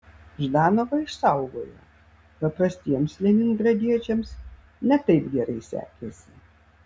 ždanovą išsaugojo paprastiems leningradiečiams ne taip gerai sekėsi